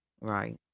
Right